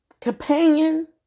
companion